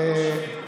הדמוקרטיה,